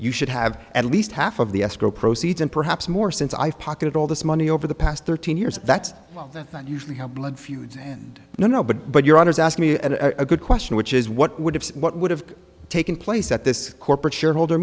you should have at least half of the escrow proceeds and perhaps more since i've pocketed all this money over the past thirteen years that's not usually how blood feuds and no no but but your honour's ask me a good question which is what would have what would have taken place at this corporate shareholder